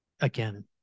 again